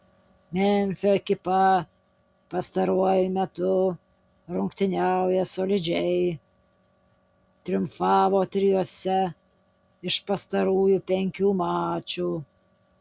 memfio ekipa pastaruoju metu rungtyniauja solidžiai triumfavo trijuose iš pastarųjų penkių mačų